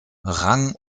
rang